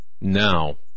Now